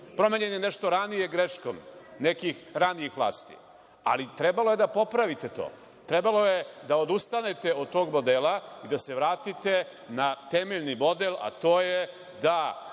Promenjen je nešto ranije greškom, nekih ranijih vlasti, ali trebalo je da popravite to. Trebalo je da odustanete od tog modela i da se vratite na temeljni model, a to je da